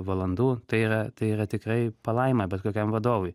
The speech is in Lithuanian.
valandų tai yra tai yra tikrai palaima bet kokiam vadovui